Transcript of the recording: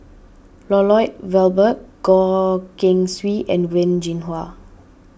Lloyd Valberg Goh Keng Swee and Wen Jinhua